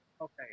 Okay